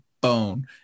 bone